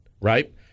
right